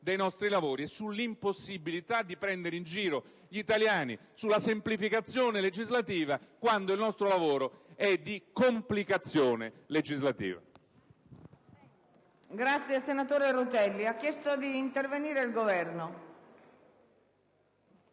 dei nostri lavori e sull'impossibilità di prendere in giro gli italiani sulla semplificazione legislativa, quando il nostro lavoro è di complicazione legislativa.